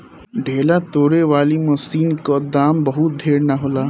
ढेला तोड़े वाली मशीन क दाम बहुत ढेर ना होला